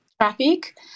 traffic